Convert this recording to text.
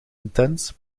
intense